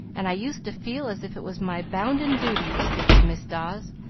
and i used to feel as if it was my bounden duty to speak to miss dawes.